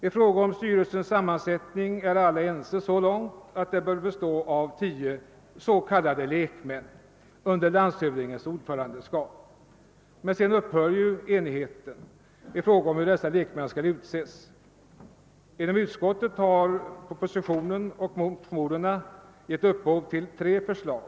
I fråga om styrelsens sammansättning är alla ense så långt som att den bör bestå av tio s.k. lekmän under landshövdingens ordförandeskap, men enigheten upphör när det blir fråga om hur dessa lekmän skall utses. Inom utskottet har propositionen och motionerna givit upphov till tre förslag.